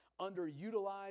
underutilized